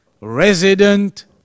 resident